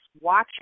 watching